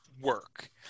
work